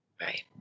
Right